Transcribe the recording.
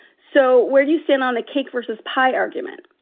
so where do you stand on the cake versus pie argument?